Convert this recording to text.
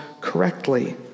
correctly